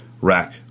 rack